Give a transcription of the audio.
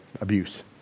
abuse